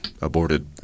aborted